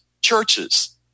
churches